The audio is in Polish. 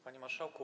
Panie Marszałku!